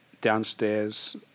downstairs